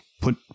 Put